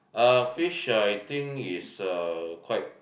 uh fish I think is quite